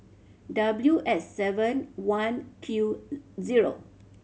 W S seven one Q zero